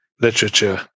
literature